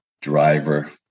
driver